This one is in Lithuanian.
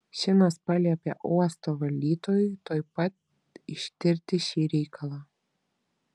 šinas paliepė uosto valdytojui tuoj pat ištirti šį reikalą